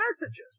messages